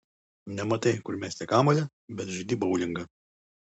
nematai kur mesti kamuolį bet žaidi boulingą